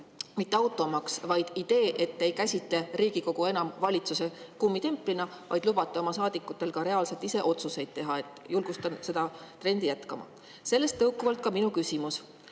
muidugi automaks, vaid idee, et te ei käsitle Riigikogu enam valitsuse kummitemplina, vaid lubate oma [erakonna] saadikutel reaalselt ise otsuseid teha. Julgustan seda trendi jätkama. Sellest tõukub ka minu küsimus.